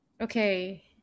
Okay